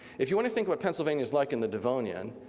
if you wanna think what pennsylvania was like in the devonian,